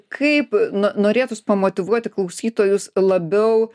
kaip no norėtųs pamotyvuoti klausytojus labiau